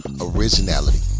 originality